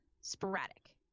sporadic